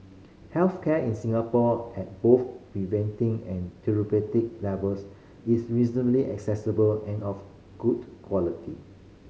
health care in Singapore at both preventive and therapeutic levels is reasonably accessible and of good quality